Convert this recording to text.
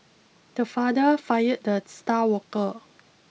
the father fired the star worker